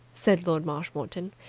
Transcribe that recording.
said lord marshmoreton,